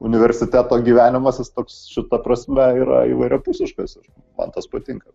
universiteto gyvenimas jis toks šita prasme yra įvairiapusiškas ir man tas patinka